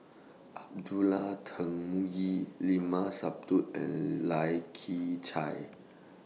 Abdullah Tarmugi Limat Sabtu and Lai Kew Chai